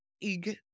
IG